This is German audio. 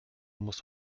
muss